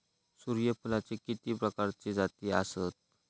सूर्यफूलाचे किती प्रकारचे जाती आसत?